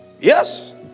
Yes